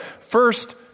first